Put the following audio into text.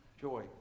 joy